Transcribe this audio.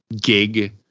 gig